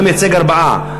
אתה מייצג ארבעה.